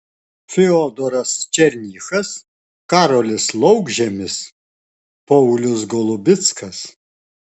fiodoras černychas karolis laukžemis paulius golubickas